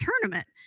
tournament